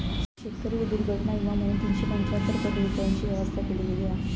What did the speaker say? शेतकरी दुर्घटना विमा म्हणून तीनशे पंचाहत्तर करोड रूपयांची व्यवस्था केली गेली हा